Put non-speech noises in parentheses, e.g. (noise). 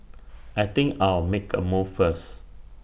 (noise) I think I'll make A move first